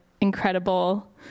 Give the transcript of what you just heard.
incredible